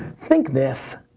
think this.